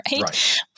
right